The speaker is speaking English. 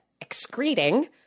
excreting